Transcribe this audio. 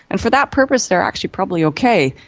and for that purpose they are actually probably okay,